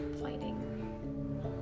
fighting